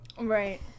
Right